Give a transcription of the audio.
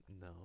No